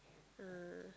ah